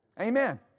Amen